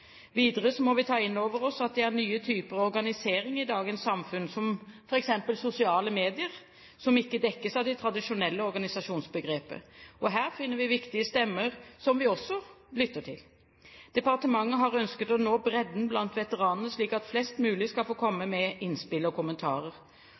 må vi ta inn over oss at det er nye typer organisering i dagens samfunn, som f.eks. sosiale medier, som ikke dekkes av det tradisjonelle organisasjonsbegrepet. Her finner vi viktige stemmer som vi også lytter til. Departementet har ønsket å nå bredden blant veteranene slik at flest mulig skal få komme